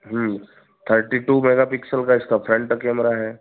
हम्म thirty two megapixel का इसका front camera है